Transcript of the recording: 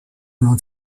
non